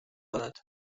دارد